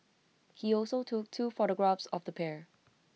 he also took two photographs of the pair